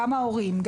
גם ההורים,